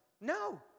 No